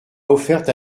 offerte